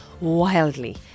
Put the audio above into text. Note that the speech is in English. wildly